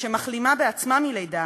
שמחלימה בעצמה מלידה,